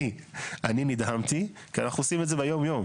אני נדהמתי כי אנחנו עושים את זה ביום-יום.